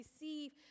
receive